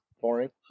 boring